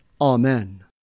Amen